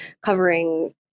covering